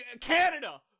Canada